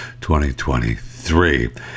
2023